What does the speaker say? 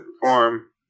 perform